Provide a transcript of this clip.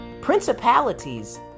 principalities